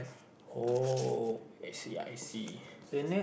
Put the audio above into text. oh I see I see